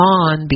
on